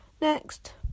Next